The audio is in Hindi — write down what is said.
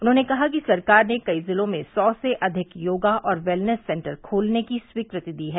उन्होंने कहा कि सरकार ने कई जिलों में सौ से अधिक योगा और वेलनेस सेन्टर खोलने की स्वीकृति दी है